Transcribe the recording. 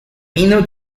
minor